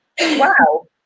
wow